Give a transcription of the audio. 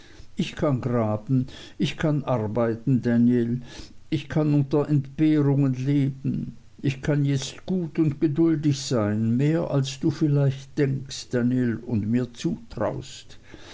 ich kann graben ich kann arbeiten danl ich kann unter entbehrungen leben ich kann jetzt gut und geduldig sein mehr als du vielleicht denkst danl und mir zutraust